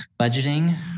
budgeting